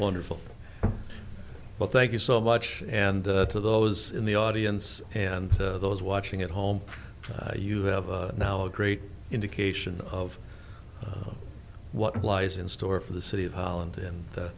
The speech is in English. wonderful well thank you so much and to those in the audience and those watching at home you have a now a great indication of what lies in store for the city of holland and the